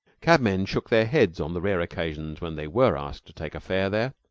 cabmen shook their heads on the rare occasions when they were asked to take a fare there.